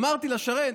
אמרתי לה: שרן,